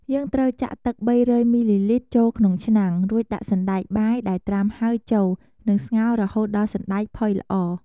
យើងត្រូវចាក់ទឹក ៣០០ មីលីលីត្រ ចូលក្នុងឆ្នាំង រួចដាក់សណ្ដែកបាយដែលត្រាំហើយចូល និងស្ងោររហូតដល់សណ្ដែកផុយល្អ។